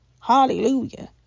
hallelujah